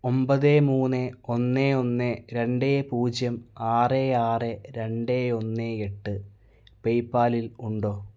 ഒൻപത് മൂന്ന് ഒന്ന് ഒന്ന് രണ്ട് പൂജ്യം ആറ് ആറ് രണ്ട് ഒന്ന് എട്ട് പേയ്പാലിൽ ഉണ്ടോ